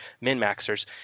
min-maxers